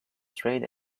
trade